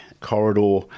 corridor